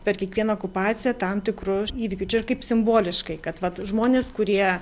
per kiekvieną okupaciją tam tikru įvykiu čia kaip simboliškai kad vat žmonės kurie